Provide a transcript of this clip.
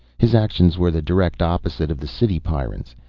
his actions were the direct opposite of the city pyrrans.